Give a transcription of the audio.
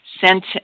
sent